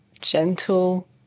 gentle